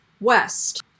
West